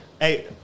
Hey